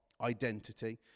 identity